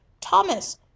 Thomas